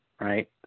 right